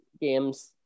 games